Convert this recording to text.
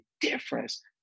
difference